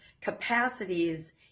capacities